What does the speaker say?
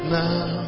now